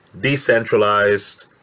decentralized